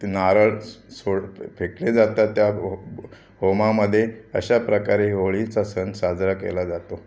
ते नारळ स सोड फ फेकले जातात त्या हो होमामध्ये अशा प्रकारे होळीचा सण साजरा केला जातो